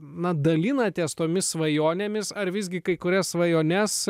na dalinatės tomis svajonėmis ar visgi kai kurias svajones